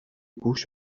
گوش